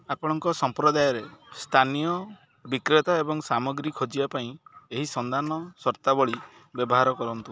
ଆପଣଙ୍କ ସମ୍ପ୍ରଦାୟରେ ସ୍ଥାନୀୟ ବିକ୍ରେତା ଏବଂ ସାମଗ୍ରୀ ଖୋଜିବା ପାଇଁ ଏହି ସନ୍ଧାନ ସର୍ତ୍ତାବଳୀ ବ୍ୟବହାର କରନ୍ତୁ